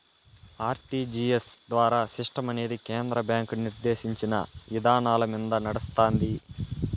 RTGS ద్వారా సిస్టమనేది కేంద్ర బ్యాంకు నిర్దేశించిన ఇదానాలమింద నడస్తాంది